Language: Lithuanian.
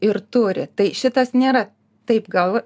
ir turi tai šitas nėra taip gal